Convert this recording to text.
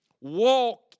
Walk